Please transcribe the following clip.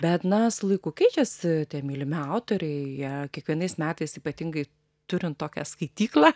bet na su laiku keičiasi tie mylimi autoriai jie kiekvienais metais ypatingai turint tokią skaityklą